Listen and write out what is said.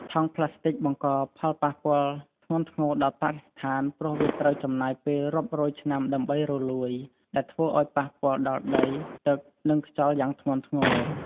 ថង់ប្លាស្ទិកបង្កផលប៉ះពាល់ធ្ងន់ធ្ងរដល់បរិស្ថាន ព្រោះវាត្រូវចំណាយពេលរាប់រយឆ្នាំដើម្បីរលួយ ដែលធ្វើឲ្យប៉ះពាល់ដល់ដី ទឹក និងខ្យល់យ៉ាងធ្ងន់ធ្ងរ។